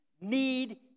need